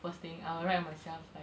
first thing I'll write to myself